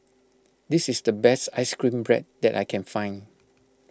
this is the best Ice Cream Bread that I can find